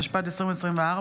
התשפ"ד 2024,